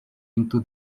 into